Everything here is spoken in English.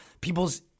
people's